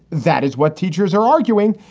that is what teachers are arguing.